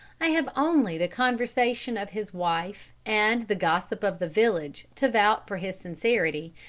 i have only the conversation of his wife and the gossip of the village to vouch for his sincerity,